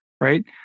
right